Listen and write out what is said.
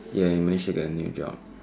ya he managed to get a new job